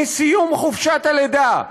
מסיום חופשת הלידה,